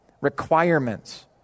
Requirements